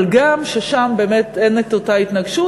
ששם באמת אין את אותה התנגשות,